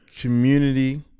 community